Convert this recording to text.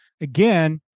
again